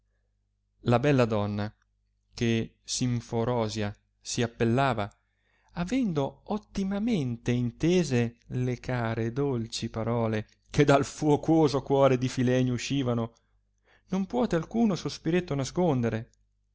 la bella donna che simforosia si appellava avendo ottimamente intese le care e dolci parole che dal fuocoso cuore di filenio uscivano non puote alcuno sospiretto nascondere